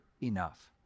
enough